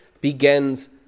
begins